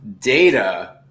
data